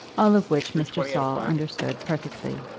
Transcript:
all of which mr. saul understood perfectly.